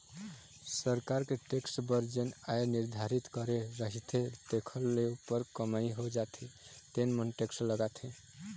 सरकार के टेक्स बर जेन आय निरधारति करे रहिथे तेखर ले उप्पर कमई हो जाथे तेन म टेक्स लागथे